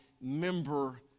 member